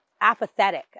apathetic